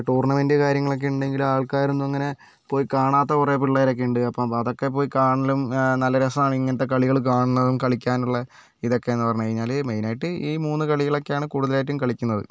tournament കാര്യങ്ങളൊക്കെ ഉണ്ടെങ്കിലും ആൾക്കാരൊന്നും അങ്ങനെ പോയിക്കാണാത്ത കുറെ പിള്ളേരൊക്കെ ഉണ്ട് അപ്പോൾ അതൊക്കെ പോയി കാണലും നല്ല രസമാണ് ഇങ്ങനത്തെ കളികൾ കാണുന്നതും കളിക്കാനുള്ള ഇതൊക്കെയെന്ന് പറഞ്ഞു കഴിഞ്ഞാൽ മെയിനായിട്ട് ഈ മൂന്ന് കളികളൊക്കെയാണ് കൂടുതലായിട്ടും കളിക്കുന്നത്